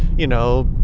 you know,